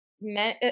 men